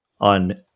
on